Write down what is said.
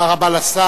תודה רבה לשר.